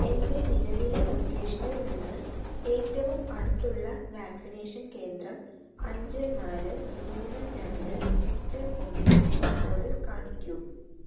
എൻ്റെ നിലവിലെ ലൊക്കേഷനിൽനിന്ന് ഏറ്റവും അടുത്തുള്ള വാക്സിനേഷൻ കേന്ദ്രം അഞ്ച് നാല് മൂന്ന് രണ്ട് എട്ട് ഒന്ന് പിൻകോഡിൽ കാണിക്കൂ